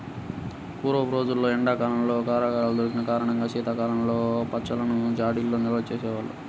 పూర్వపు రోజుల్లో ఎండా కాలంలో కూరగాయలు దొరికని కారణంగా శీతాకాలంలో పచ్చళ్ళను జాడీల్లో నిల్వచేసుకునే వాళ్ళు